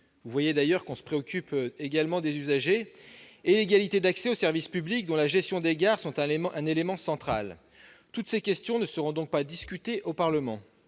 vous le voyez, nous nous préoccupons également de ces derniers ! -et l'égalité d'accès au service public, dont la gestion des gares est un élément central. Toutes ces questions ne seront donc pas discutées au Parlement.